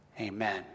Amen